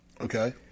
Okay